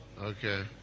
Okay